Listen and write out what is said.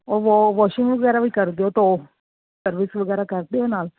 ਉਹ ਵਾ ਵਾਸ਼ਿੰਗ ਵਗੈਰਾ ਵੀ ਕਰ ਦਿਓ ਧੋ ਸਰਵਿਸ ਵਗੈਰਾ ਕਰਦੇ ਹੋ ਨਾਲ